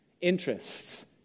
interests